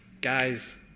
guys